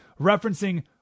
referencing